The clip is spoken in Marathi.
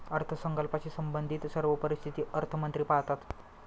अर्थसंकल्पाशी संबंधित सर्व परिस्थिती अर्थमंत्री पाहतात